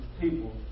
people